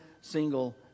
single